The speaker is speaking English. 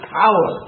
power